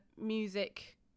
music